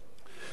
תודה.